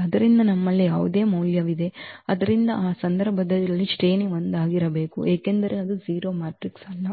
ಆದ್ದರಿಂದ ನಮ್ಮಲ್ಲಿ ಯಾವುದೇ ಮೌಲ್ಯವಿದೆ ಆದ್ದರಿಂದ ಆ ಸಂದರ್ಭದಲ್ಲಿ ಶ್ರೇಣಿ 1 ಆಗಿರಬೇಕು ಏಕೆಂದರೆ ಅದು 0 ಮ್ಯಾಟ್ರಿಕ್ಸ್ ಅಲ್ಲ